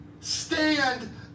stand